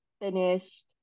finished